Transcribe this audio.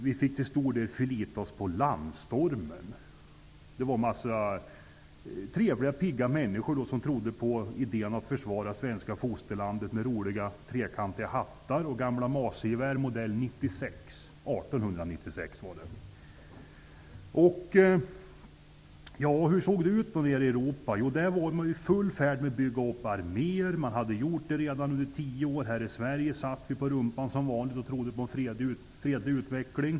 Vi fick till stor del förlita oss på landstormen. En hel del pigga människor trodde på idén med att försvara vårt fosterland med roliga trekantiga hattar och gamla mausergevär, modell Hur såg det ut nere i Europa? Jo, där var man i full färd med att bygga upp arméer. Man hade redan gjort det under tio år. Här i Sverige satt vi på rumpan som vanligt och trodde på en fredlig utveckling.